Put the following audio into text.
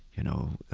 you know,